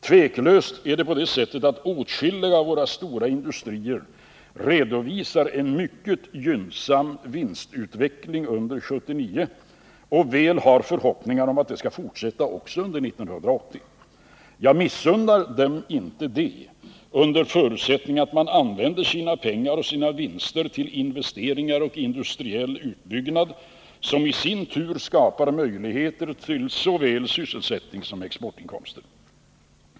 Tveklöst är det på det sättet att åtskilliga av våra stora industrier redovisar en mycket gynnsam vinstutveckling under 1979 och väl har förhoppningar om att den skall fortsätta också under 1980. Jag missunnar dem inte det, under förutsättning att de använder sina pengar och sina vinster till investeringar och industriell utbyggnad, som i sin tur skapar möjligheter till såväl sysselsättning som bättre exportinkomster.